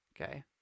Okay